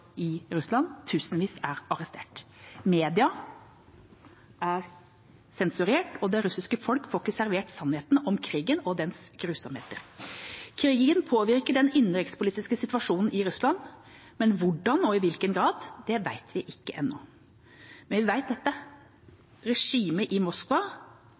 i Russland. Tusenvis er arrestert. Media er sensurert, og det russiske folk får ikke servert sannheten om krigen og dens grusomheter. Krigen påvirker den innenrikspolitiske situasjonen i Russland, men hvordan og i hvilken grad vet vi ikke ennå. Men vi vet dette: Regimet i Moskva